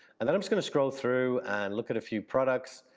and then i'm just gonna scroll through and look at a few products,